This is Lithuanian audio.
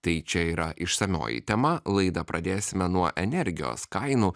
tai čia yra išsamioji tema laidą pradėsime nuo energijos kainų